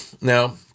Now